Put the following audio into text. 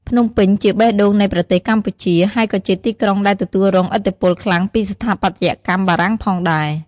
ភ្នំពេញជាបេះដូងនៃប្រទេសកម្ពុជា ហើយក៏ជាទីក្រុងដែលទទួលរងឥទ្ធិពលខ្លាំងពីស្ថាបត្យកម្មបារាំងផងដែរ។